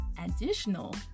additional